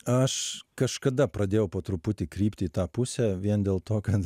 aš kažkada pradėjau po truputį krypti į tą pusę vien dėl to kad